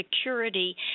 security